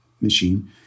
machine